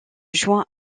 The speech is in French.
joint